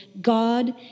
God